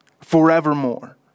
forevermore